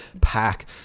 pack